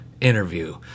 interview